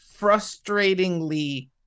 frustratingly